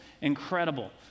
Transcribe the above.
incredible